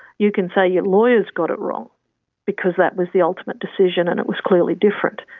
you can say your lawyers got it wrong because that was the ultimate decision and it was clearly different.